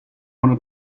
wanna